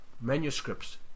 Manuscripts